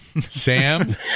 Sam